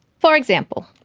for example,